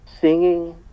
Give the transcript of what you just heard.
singing